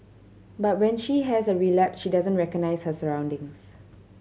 but when she has a relapse she doesn't recognise her surroundings